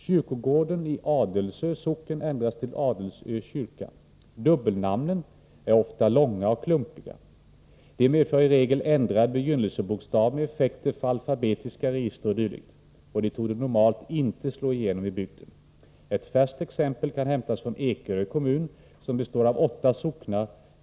Kyrkogården i Adelsö socken ändras till Adelsö kyrka. Dubbelnamnen är ofta långa och klumpiga. De medför i regel ändrad begynnelsebokstav med effekter för alfabetiska register o.d. Och de torde normalt inte slå igenom i bygden. Ett färskt exempel kan hämtas från Ekerö kommun, som består av åtta socknar.